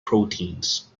proteins